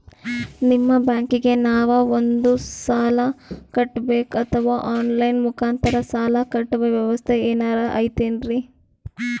ನಿಮ್ಮ ಬ್ಯಾಂಕಿಗೆ ನಾವ ಬಂದು ಸಾಲ ಕಟ್ಟಬೇಕಾ ಅಥವಾ ಆನ್ ಲೈನ್ ಮುಖಾಂತರ ಸಾಲ ಕಟ್ಟುವ ವ್ಯೆವಸ್ಥೆ ಏನಾರ ಐತೇನ್ರಿ?